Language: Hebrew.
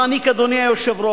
מעניק, אדוני היושב-ראש,